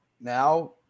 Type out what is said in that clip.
now